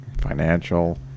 financial